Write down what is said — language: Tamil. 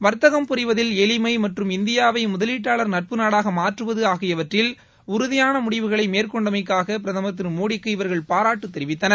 வர்த்தகம் புரிவதில் எளிமை மற்றும் இந்தியாவை முதலீட்டாளர் நட்பு நாடாக மாற்றுவது ஆகியவற்றில் உறுதிபாள முடிவுகளை மேற்கொண்டமைக்காக பிரதமர் திரு மோடிக்கு இவர்கள் பாராட்டு தெரிவித்தனர்